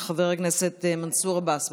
של חבר הכנסת מנסור עבאס.